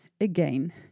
again